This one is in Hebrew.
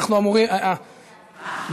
סמוטריץ, יש לו פריימריז.